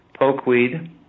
pokeweed